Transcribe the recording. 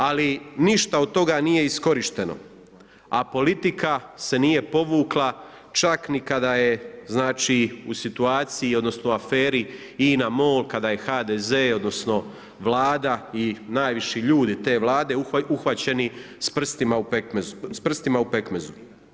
Ali ništa od toga nije iskorišteno a politika se nije povukla čak ni kada je u situaciji odnosno aferi INA Mol kada je HDZ odnosno Vlada i najviši ljudi te Vlade uhvaćeni s prstima u pekmezu.